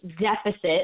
deficit